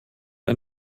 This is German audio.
ein